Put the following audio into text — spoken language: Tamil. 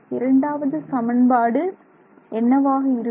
இரண்டாவது சமன்பாடு என்னவாக இருக்கும்